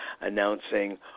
announcing